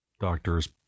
doctors